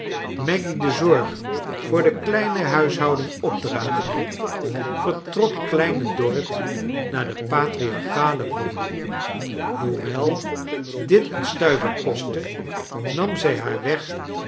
maggy de zorg voor de kleine huishouding opdragende vertrok kleine dorrit naar de patriarchale woning hoewel dit een stuiver kostte nam zij haar weg